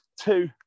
two